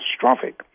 catastrophic